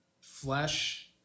Flesh